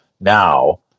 now